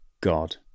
God